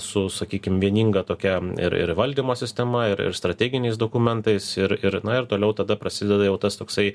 su sakykim vieninga tokia ir ir valdymo sistema ir ir strateginiais dokumentais ir ir na ir toliau tada prasideda jau tas toksai